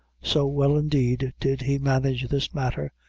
so well, indeed, did he manage this matter,